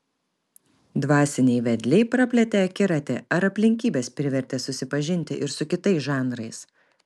dvasiniai vedliai praplėtė akiratį ar aplinkybės privertė susipažinti ir su kitais žanrais